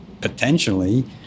potentially